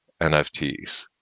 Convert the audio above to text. NFTs